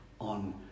on